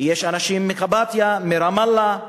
יש אנשים מקבטיה, מרמאללה,